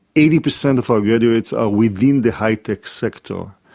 eighty percent of our graduates are within the high-tech sector.